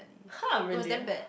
!huh! really ah